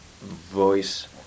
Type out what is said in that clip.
voice